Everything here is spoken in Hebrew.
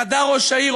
בחדר ראש העיר,